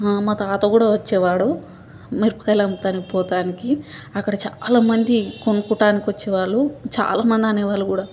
మా తాత కూడా వచ్చేవాడు మిరపకాయలు అమ్మడానికి పోవడానికి అక్కడ చాలా మంది కొనుక్కోవడానికి వచ్చేవాళ్ళు చాలా మంది అనేవాళ్ళు కూడా